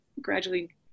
gradually